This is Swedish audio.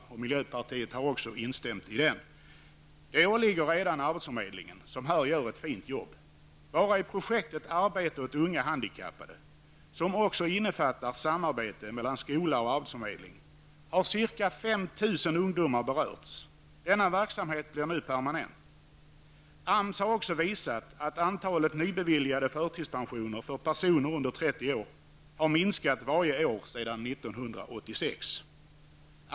I denna reservation har miljöpartiet instämt. Detta ansvar åligger redan arbetsförmedlingen, som här gör ett fint jobb. Bara i projektet Arbete åt unga handikappade, som också innefattar samarbete mellan skola och arbetsförmedling, har ca 5 000 ungdomar berörts. Denna verksamhet blir nu permanent. AMS har också visat att antalet nybeviljade förtidspensioner för personer under 30 år har minskat varje år sedan 1986.